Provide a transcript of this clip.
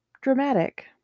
dramatic